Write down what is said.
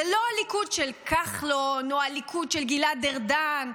זה לא הליכוד של כחלון או הליכוד של גלעד ארדן,